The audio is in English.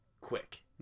quick